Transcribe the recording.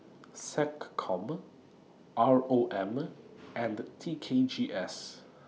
Seccom R O M and T K G S